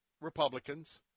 Republicans